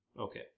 Okay